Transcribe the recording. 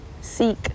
seek